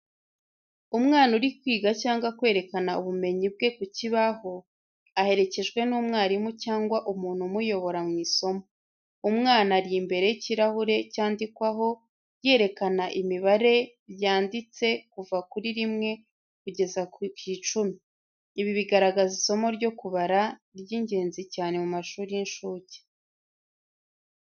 Umwana uri kwiga cyangwa kwerekana ubumenyi bwe ku kibaho, aherekejwe n’umwarimu cyangwa umuntu umuyobora mu isomo. umwana ari imbere y’ikirahuri cyandikwaho, yerekana imibare byanditse “kuva kuri 1 kugeza kuri 10. ibi bigaragaza isomo ryo kubara, ry’ingenzi cyane mu mashuri y’inshuke.